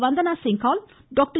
Vandana Singal doctor